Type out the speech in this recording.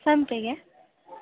ಸಂಪಿಗೆ